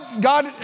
God